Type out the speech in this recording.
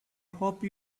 hope